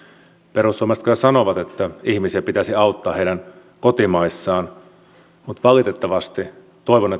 perussuomalaiset kyllä sanovat että ihmisiä pitäisi auttaa heidän kotimaissaan mutta valitettavasti toivon